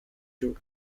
too